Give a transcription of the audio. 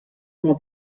una